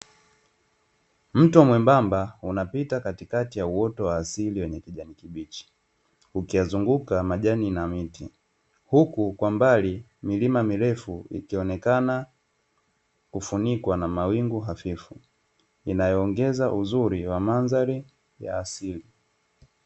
Mto mwembamba unapita katikati ya uoto wa asili wenye kijani kibichi, ukiyazunguka majani na miti, huku kwa mbali milima mirefu ikionekana kufunikwa na mawingu hafifu inayoongeza uzuri wa mandhari ya asili.